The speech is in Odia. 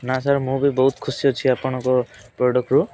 ନା ସାର୍ ମୁଁ ବି ବହୁତ ଖୁସି ଅଛି ଆପଣଙ୍କ ପ୍ରଡ଼କ୍ଟରୁ